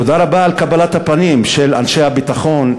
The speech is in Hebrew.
תודה רבה על קבלת הפנים של אנשי הביטחון,